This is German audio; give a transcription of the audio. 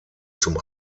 zum